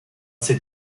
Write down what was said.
ces